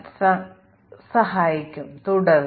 ഈ കേസിൽ ഇത് ഒരു ഉദാഹരണം മാത്രമാണ്